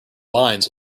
lines